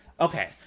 okay